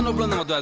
um run out.